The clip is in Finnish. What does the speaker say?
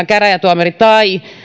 käräjätuomari tai